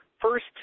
First